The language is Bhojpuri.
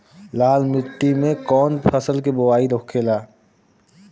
लाल मिट्टी में कौन फसल के बोवाई होखेला?